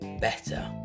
better